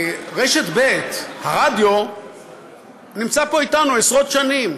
רשת ב' הרדיו נמצא פה איתנו עשרות שנים,